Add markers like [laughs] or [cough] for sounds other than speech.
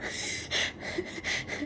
[laughs]